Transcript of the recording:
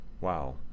Wow